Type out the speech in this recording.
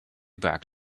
back